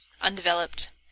undeveloped